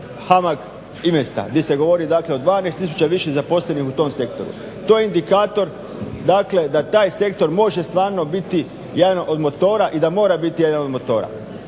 HAMAG investa gdje se govori dakle o 12 tisuća više zaposlenih u tom sektoru. To je indikator, dakle da taj sektor može stvarno biti jedan od motora i da nora biti jedan od motora.